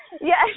Yes